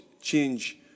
change